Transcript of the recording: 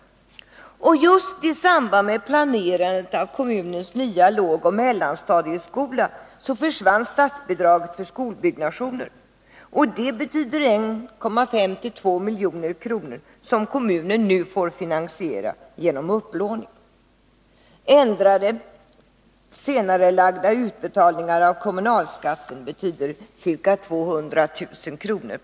Just i samband med planerandet av kommunens nya lågoch mellanstadieskola försvann statsbidraget för skolbyggnationer. Det betyder 1,5-2 milj.kr. som kommunen nu får finansiera genom upplåning. Ändrade — senarelagda — utbetalningar av kommunalskatten betyder ca 200 000 kr.